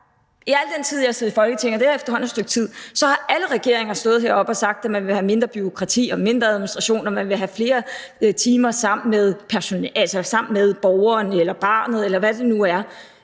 i al den tid, jeg har siddet i Folketinget, og det er efterhånden et stykke tid, har alle regeringer stået heroppe og sagt, at man vil have mindre bureaukrati og mindre administration og man vil have flere timer sammen med borgeren eller med barnet, eller hvad det nu er.